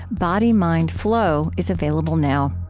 body-mind flow, is available now